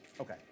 Okay